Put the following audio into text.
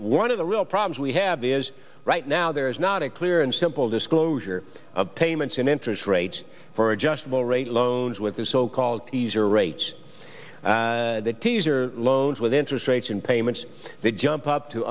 one of the real problems we have is right now there is not a clear and simple disclosure of payments and interest rates for adjustable rate loans with the so called teaser rates that teaser loans with interest rates and payments that jump up to